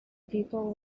people